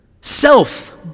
Self